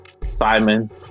Simon